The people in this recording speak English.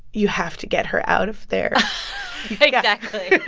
you have to get her out of there exactly